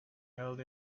held